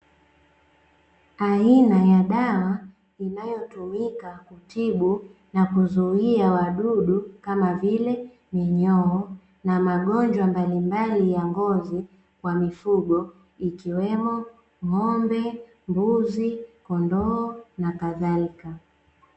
Aina ya dawa inayotumika kutibu na kuzuia wadudu kama vile minyoo na magonjwa mbalimbali ya ngozi kwa mifugo ikiwemo ng'ombe, mbuzi, kondoo na kadhalika.